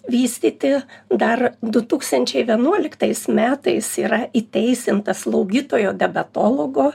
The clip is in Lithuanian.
vystyti dar du tūkstančiai vienuoliktais metais yra įteisinta slaugytojo debetologo